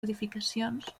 edificacions